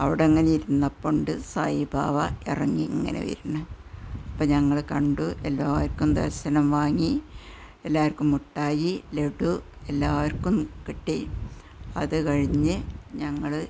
അവിടങ്ങനെ ഇരുന്നപ്പോൾ ഉണ്ട് സായിബാബ ഇറങ്ങി ഇങ്ങനെ വരുന്നു അപ്പോൾ ഞങ്ങൾ കണ്ടു എല്ലാവര്ക്കും ദര്ശനം വാങ്ങി എല്ലാവർക്കും മുട്ടായി ലെഡു എല്ലാവര്ക്കും കിട്ടി അതുകഴിഞ്ഞു ഞങ്ങൾ